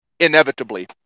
inevitably